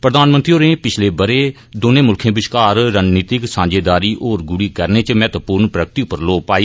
प्रधानमंत्री होरें पिच्छले बरे दौने मुल्खें बश्कार रणनीतिक सांझेदारी होर गुढ़ी करने इच महत्वपूर्ण प्रगति पर लौऽ पाई